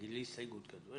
אני